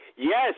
Yes